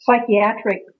psychiatric